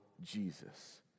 Jesus